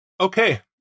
Okay